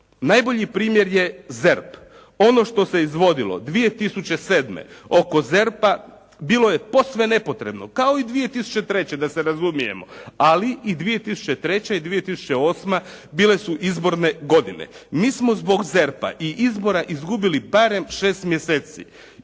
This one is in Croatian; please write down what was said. Najbolji primjer je ZERP ono što se izvodilo 2007. oko ZERP-a bilo je posve nepotrebno, kao i 2003. da se razumijemo, ali i 2003. i 2008. bile su izborne godine. Mi smo zbog ZERP-a izgubili barem 6 mjeseci